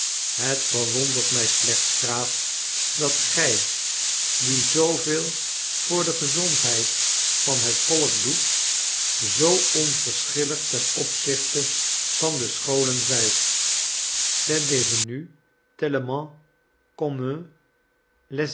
het verwondert mij slechts graaf dat gij die zooveel voor de gezondheid van het volk doet zoo onverschillig ten opzichte van de scholen zijt c'est devenu tellement commun les